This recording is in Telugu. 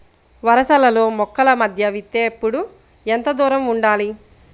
వరసలలో మొక్కల మధ్య విత్తేప్పుడు ఎంతదూరం ఉండాలి?